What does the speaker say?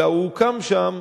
אלא הוא הוקם שם